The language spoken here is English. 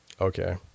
Okay